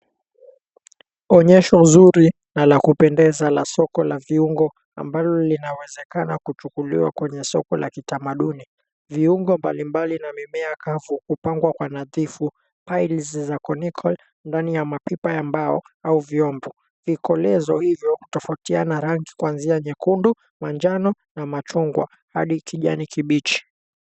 Onyesho zuri na la kupendeza la soko la viungo, ambalo linawezekana kuchukuliwa kwenye soko la kitamaduni. Viungo mbalimbali na mimea kavu hupangwa kwa nadhifu piles za koniko ndani ya mapipa ya mbao au vyombo. Vikolezo hivyo hutofautiana rangi kuanzia nyekundu, manjano na machungwa hadi kijani kibichi.